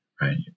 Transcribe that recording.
right